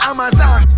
Amazon